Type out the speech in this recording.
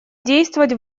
действовать